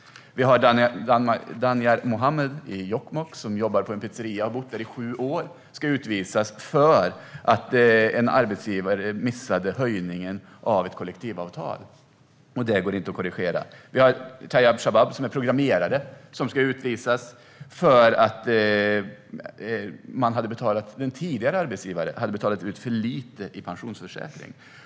Danyar Mohammed har bott i Jokkmokk i sju år och jobbar på en pizzeria. Han ska utvisas för att en arbetsgivare missade höjningen av ett kollektivavtal, och det går inte att korrigera. Tayyab Shabab är programmerare och ska utvisas för att en tidigare arbetsgivare hade betalat ut för lite i pensionsförsäkring.